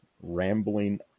rambling